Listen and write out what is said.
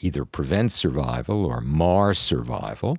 either prevent survival or mar survival,